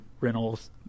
rentals